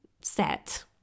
set